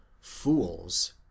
fools